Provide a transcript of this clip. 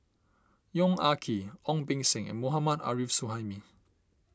Yong Ah Kee Ong Beng Seng and Mohammad Arif Suhaimi